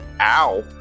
Ow